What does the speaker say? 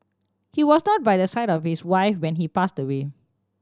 he was not by the side of his wife when he passed away